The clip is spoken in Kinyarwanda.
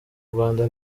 rwanda